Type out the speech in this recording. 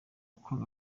kwanga